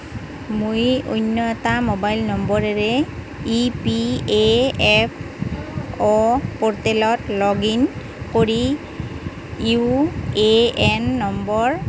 মই অন্য এটা মোবাইল নম্বৰেৰে ই পি এফ অ' প'ৰ্টেলত লগ ইন কৰি ইউ এ এন নম্বৰ